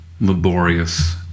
laborious